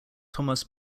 thomas